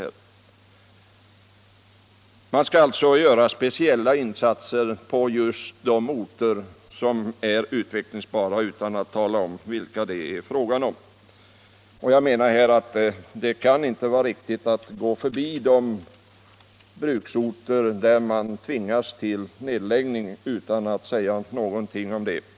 Speciella insatser skall alltså göras på just de orter som är utvecklingsbara — detta säger utredningen utan att tala om vilka det är fråga om. Jag menar att det inte kan vara riktigt att gå förbi de bruksorter där företagen tvingats till nedläggning, utan att säga någonting om det.